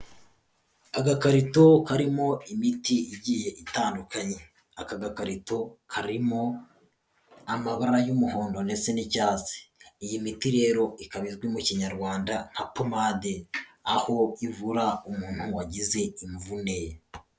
Agakarito karimo imiti igiye itandukanye, aka gakarito karimo amabara y'umuhondo ndetse n'icyatsi, iyi miti rero ikaba izwi mu kinyarwanda nka pomade aho ivura umuntu wagize imvune.